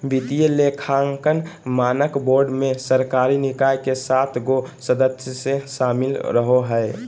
वित्तीय लेखांकन मानक बोर्ड मे सरकारी निकाय के सात गो सदस्य शामिल रहो हय